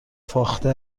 فاخته